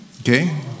okay